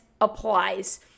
applies